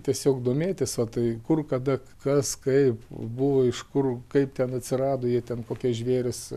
tiesiog domėtis o tai kur kada kas kaip buvo iš kur kaip ten atsirado jie ten kokie žvėrys